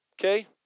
Okay